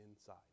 inside